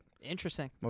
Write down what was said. Interesting